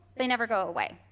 they never go away.